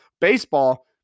Baseball